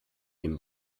dem